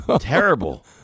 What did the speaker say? Terrible